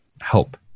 help